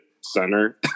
center